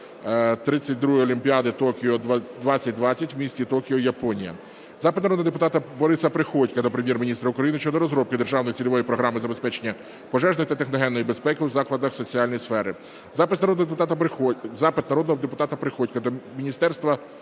ХХХІІ Олімпіади Токіо-2020 в місті Токіо (Японія). Запит народного депутата Бориса Приходька до Прем'єр-міністра України щодо розробки Державної цільової програми забезпечення пожежної та техногенної безпеки у закладах соціальної сфери. Запит народного депутата Бориса Приходька до міністра